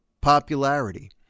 popularity